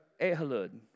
Ahalud